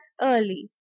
early